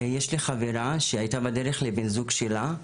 יש לי חברה שהייתה בדרך לבן זוג שלה,